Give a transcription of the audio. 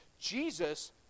Jesus